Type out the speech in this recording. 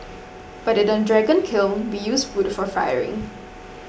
but in a dragon kiln we use wood for firing